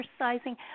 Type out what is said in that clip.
exercising